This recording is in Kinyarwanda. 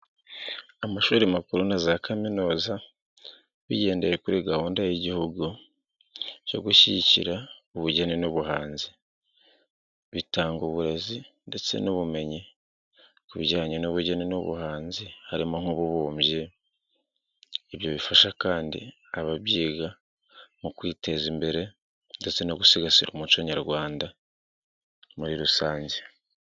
Amashuri makuru na za kaminuza bigendeye kuri gahunda y'igihugu yo gushyigikira ubugeni n'ubuhanzi, bitanga uburezi ndetse n'ubumenyi ku bijyanye n'ubugeni n'ubuhanzi harimo nk'ububumbyi, ibyo bifasha kandi ababyiga mu kwiteza imbere ndetse no gusigasira umuco nyarwanda muri rusange.